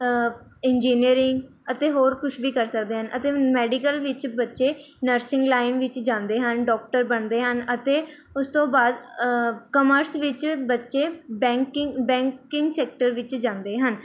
engineering ਅਤੇ ਹੋਰ ਕੁਛ ਵੀ ਕਰ ਸਕਦੇ ਹਨ ਅਤੇ ਮੈਡੀਕਲ ਵਿੱਚ ਬੱਚੇ ਨਰਸਿੰਗ ਲਾਈਨ ਵਿੱਚ ਜਾਂਦੇ ਹਨ ਡੋਕਟਰ ਬਣਦੇ ਹਨ ਅਤੇ ਉਸ ਤੋਂ ਬਾਅਦ ਕਮਰਸ ਵਿੱਚ ਬੱਚੇ ਬੈਂਕਿੰਗ ਬੈਂਕਿੰਗ ਸੈਕਟਰ ਵਿੱਚ ਜਾਂਦੇ ਹਨ